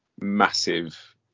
massive